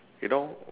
you know